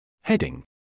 Heading